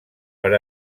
per